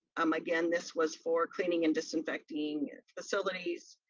um again, this was for cleaning and disinfecting facilities.